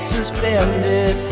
suspended